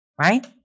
right